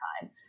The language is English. time